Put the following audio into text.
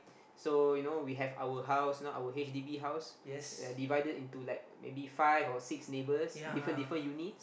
so you know we have our house you know our h_d_b house uh divided into like maybe five or six neighbours different different units